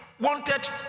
wanted